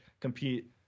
compete